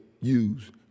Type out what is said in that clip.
use